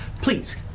Please